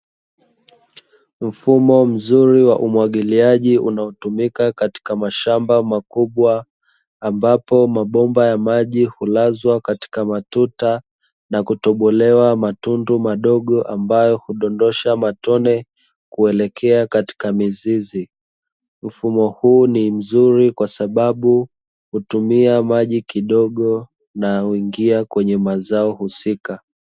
Mfumo mzuri wa umwagiliaji unaotumika katika mashamba makubwa ambapo mabomba ya maji hulazwa katika matuta, na kutobolewa matundu madogo ambayo hudondosha matone kuelekea katika mizizi. Mfumo huu ni mzuri kwa sababu hutumia maji kidogo na huingia kwenye mazao husika.